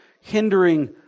hindering